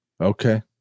Okay